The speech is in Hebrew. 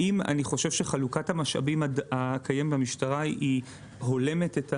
האם אני חושב שחלוקת המשאבים הקיימת במשטרה היא הולמת את המציאות?